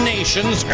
Nations